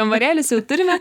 kambarėlius jau turime